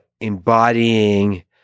embodying